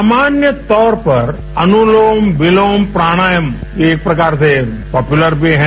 सामान्य तौर पर अनुलोम विलोम प्राणायाम एक प्रकार से पापुलर भी है